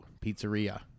Pizzeria